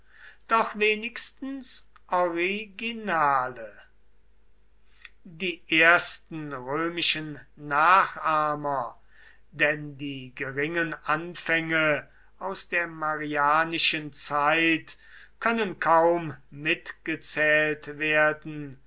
doch wenigstens originale die ersten römischen nachahmer denn die geringen anfänge aus der marianischen zeit können kaum mitgezählt werden